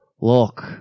Look